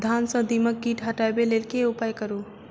धान सँ दीमक कीट हटाबै लेल केँ उपाय करु?